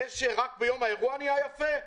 הדשא רק ביום האירוע נהיה יפה?